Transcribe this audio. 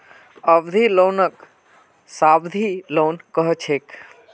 अवधि लोनक सावधि लोन कह छेक